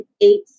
eight